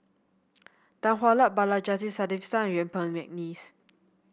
Tan Hwa Luck Balaji Sadasivan Yuen Peng McNeice